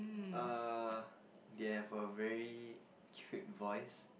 uh they have a very cute voice